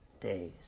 days